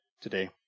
today